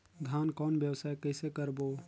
धान कौन व्यवसाय कइसे करबो?